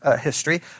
history